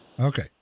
Okay